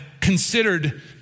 considered